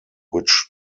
which